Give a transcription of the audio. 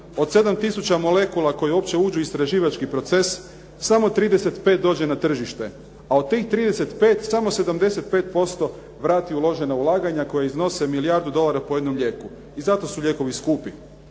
Od 7 tisuća molekula koje uopće uđu u istraživački proces samo 35 dođe na tržište, a od tih 35 samo 75% vrati uložena ulaganja koja iznose milijardu dolara po jednom lijeku. I zato su lijekovi skupi.